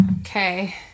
Okay